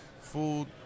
Food